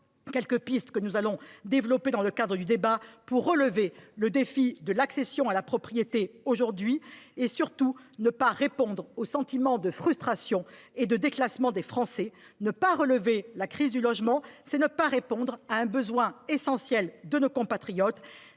quelques pistes que nous allons développer dans le cadre du débat pour relever le défi de l’accession à la propriété aujourd’hui et, surtout, pour répondre au sentiment de frustration et de déclassement des Français. Ne pas relever le défi de la crise du logement, c’est ne pas répondre à un besoin essentiel de nos compatriotes.